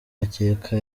akeka